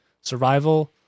survival